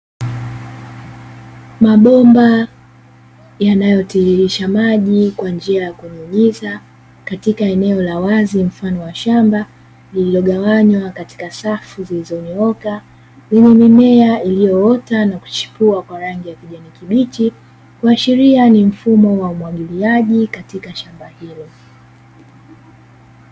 Mabomba yanayotiririsha maji kwa njia ya kunyunyiza katika eneo la wazi, mfano wa shamba lililogawanywa katika safu zilizonyooka, wenye mimea iliyoota na kuchipua kwa rangi ya kijani kibichi, kuashiria ni mfumo wa umwagiliaji katika shamba hilo.